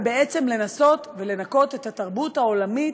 ולנסות לנקות את התרבות העולמית.